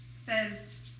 says